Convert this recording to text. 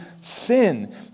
sin